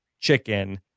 chicken